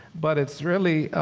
but it's really,